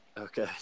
okay